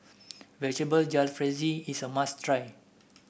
Vegetable Jalfrezi is a must try